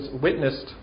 witnessed